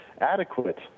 adequate